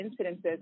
incidences